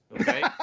okay